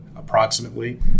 Approximately